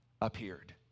Appeared